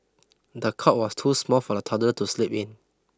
the cot was too small for the toddler to sleep in